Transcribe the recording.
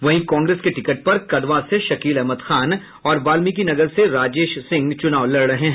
वहीं कांग्रेस के टिकट पर कदवा से शकील अहमद खान और वाल्मिकीनगर से राजेश सिंह चुनाव लड़ रहे हैं